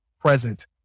present